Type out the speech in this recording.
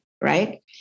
right